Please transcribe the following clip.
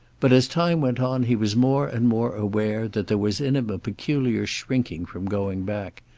but as time went on he was more and more aware that there was in him a peculiar shrinking from going back,